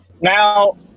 Now